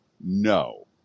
no